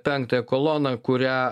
penktąją koloną kurią